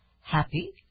happy